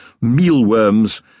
mealworms